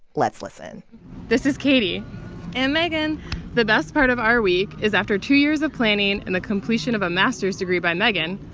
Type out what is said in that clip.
let's listen this is katie and megan the best part of our week is after two years of planning and the completion of a master's degree by megan.